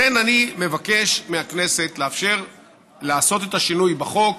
לכן אני מבקש מהכנסת לאפשר לעשות את השינוי בחוק,